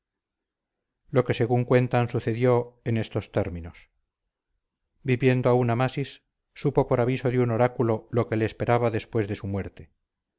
lo que según cuentan sucedió en estos términos viviendo aun amasis supo por aviso de un oráculo lo que le esperaba después de su muerte